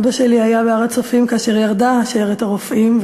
אבא שלי היה בהר-הצופים כאשר ירדה שיירת הרופאים,